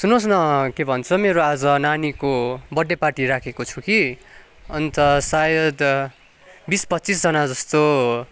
सुन्नुहोस् न के भन्छ मेरो आज नानीको बर्थडे पार्टी राखेको छु कि अन्त सायद बिस पच्चिसजना जस्तो